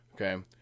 okay